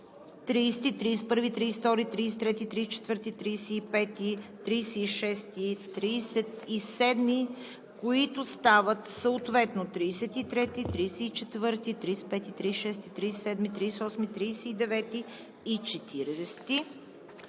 30, 31, 32, 33, 34, 35, 36 и 37, които стават съответно параграфи 33, 34, 35, 36, 37, 38, 39 и 40;